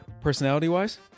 Personality-wise